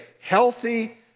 healthy